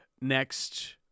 next